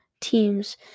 teams